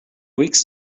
weeks